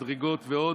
מדרגות ועוד.